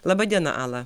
laba diena ala